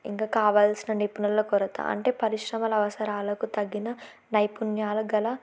ఇంకా కావాల్సిన నిపుణల కొరత అంటే పరిశ్రమల అవసరాలకు తగ్గిన నైపుణ్యాలు గల